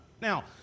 Now